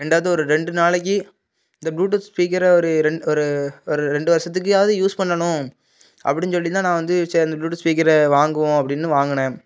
ரெண்டாவது ஒரு ரெண்டு நாளைக்கு இந்த ப்ளூடூத் ஸ்பீக்கரை ஒரு ரெண்டு ஒரு ஒரு ரெண்டு வருஷத்துக்காவது யூஸ் பண்ணணும் அப்டின்னு சொல்லிட்டுதான் நான் வந்து சரி இந்த ப்ளூடூத் ஸ்பீக்கரை வாங்குவோம் அப்படின்னு வாங்கினேன்